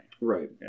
Right